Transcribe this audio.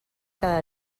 cada